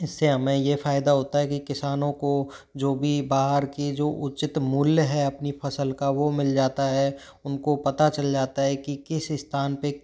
इससे हमें ये फायदा होता है कि किसानों को जो भी बाहर की जो उचित मूल्य है अपनी फसल का वो मिल जाता है उनको पता चल जाता है कि किस स्थान पे